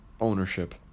ownership